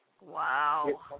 Wow